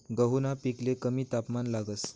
गहूना पिकले कमी तापमान लागस